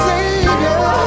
Savior